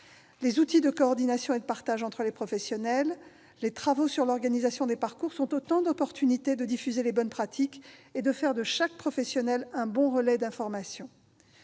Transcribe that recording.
Les outils de coordination et de partage entre les professionnels, les travaux sur l'organisation des parcours sont autant d'occasions de diffuser les bonnes pratiques et de faire de chaque professionnel un bon relais de l'information.